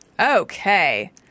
Okay